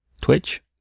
Twitch